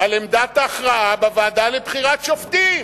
על עמדת ההכרעה בוועדה לבחירת שופטים?